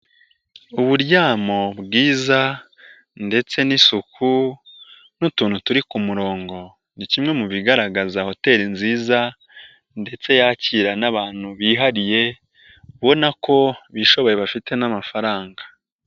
Uburyamo bwiza ndetse n'isuku n'utuntu turi ku murongo, ni kimwe mu bigaragaza hoteri nziza ndetse yakira n'abantu bihariye, ubona ko bishoboye bafite n'amafaranga.